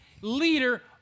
leader